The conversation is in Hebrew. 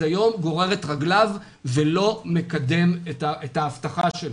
היום גורר את רגליו ולא מקדם את ההבטחה שלו.